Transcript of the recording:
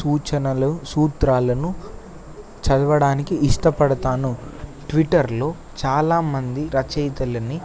సూచనలు సూత్రాలను చదవడానికి ఇష్టపడతాను ట్విట్టర్లో చాలామంది రచయితలని